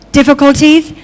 difficulties